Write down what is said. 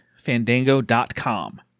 fandango.com